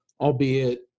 albeit